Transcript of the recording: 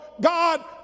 God